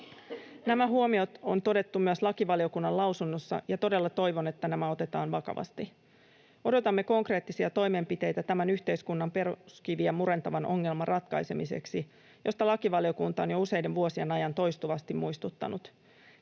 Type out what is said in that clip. Nämä huomiot on todettu myös lakivaliokunnan lausunnossa, ja todella toivon, että nämä otetaan vakavasti. Odotamme konkreettisia toimenpiteitä tämän yhteiskunnan peruskiviä murentavan ongelman ratkaisemiseksi, mistä lakivaliokunta on jo useiden vuosien ajan toistuvasti muistuttanut.